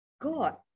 God